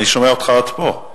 אני שומע אותך עד פה.